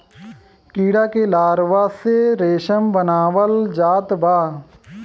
कीड़ा के लार्वा से रेशम बनावल जात बा